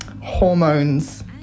hormones